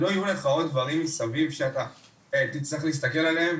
שלא יהיו לך עוד דברים מסביב שתצטרך להסתכל עליהם,